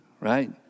right